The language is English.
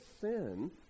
sin